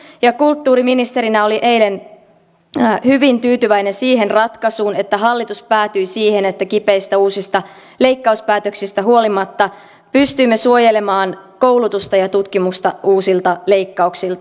opetus ja kulttuuriministerinä olin eilen hyvin tyytyväinen siihen että hallitus päätyi siihen ratkaisuun että kipeistä uusista leikkauspäätöksistä huolimatta pystymme suojelemaan koulutusta ja tutkimusta uusilta leikkauksilta